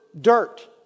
dirt